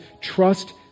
trust